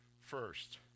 first